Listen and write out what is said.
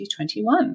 2021